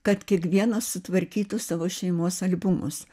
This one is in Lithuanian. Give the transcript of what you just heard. kad kiekvienas sutvarkytų savo šeimos albumus